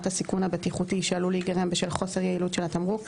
הסיכון הבטיחותי שעלול להיגרם בשל חוסר יעילות של התמרוק,